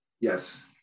Yes